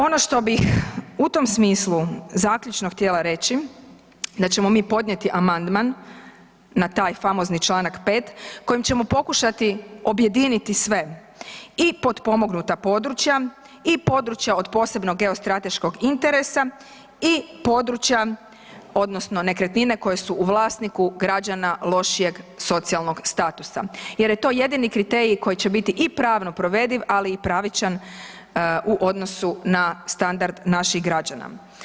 Ono što bih u tom smislu zaključno htjela reći da ćemo mi podnijeti amandman na taj famozni čl. 5. kojim ćemo pokušati objediniti sve i potpomognuta područja i područja od posebnog geostrateškog interesa i područja odnosno nekretnine koje su u vlasniku građana lošijeg socijalnog statusa jer je to jedini kriterij koji će biti i pravno provediv, ali i pravičan u odnosu na standard naših građana.